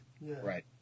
Right